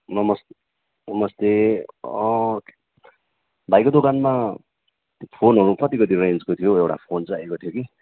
नमस् नमस्ते भाइको दोकानमा फोनहरू कति कति रेन्जको थियो हौ एउटा फोन चाहिएको थियो कि